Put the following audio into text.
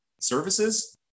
services